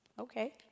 okay